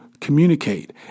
communicate